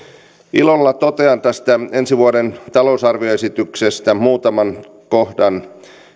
ilolla totean tästä ensi vuoden talousarvioesityksestä muutaman kohdan